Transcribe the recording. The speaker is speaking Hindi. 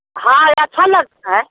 हाँ यह अच्छा लगता है